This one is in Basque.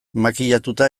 makillatuta